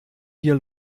hier